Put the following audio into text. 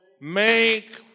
make